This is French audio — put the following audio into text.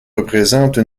représente